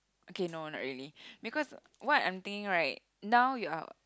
okay no not really because what I'm thinking right now you are